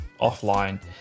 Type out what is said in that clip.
offline